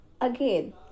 again